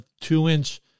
two-inch